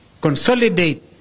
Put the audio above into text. consolidate